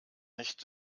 nicht